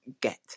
get